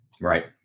Right